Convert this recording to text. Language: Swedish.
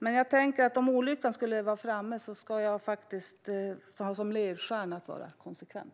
Men jag tänker att om olyckan skulle vara framme ska jag faktiskt ha som ledstjärna att vara konsekvent.